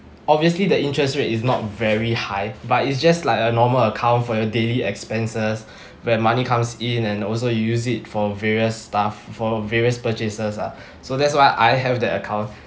obviously the interest rate is not very high but it's just like a normal account for your daily expenses when money comes in and also you use it for various stuff for various purchases ah so that's why I have that account